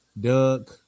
Doug